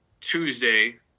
Tuesday